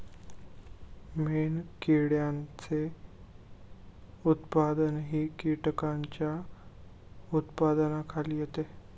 मेणकिड्यांचे उत्पादनही कीटकांच्या उत्पादनाखाली येते